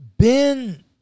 Ben